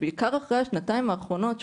בעיקר אחרי השנתיים האחרונות,